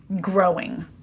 growing